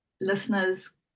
listeners